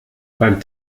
beim